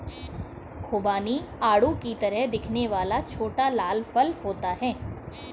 खुबानी आड़ू की तरह दिखने वाला छोटा लाल फल होता है